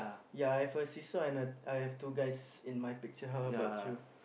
ya I have a seesaw and I have two guys in my picture how about you